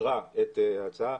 שאישרה את ההצעה,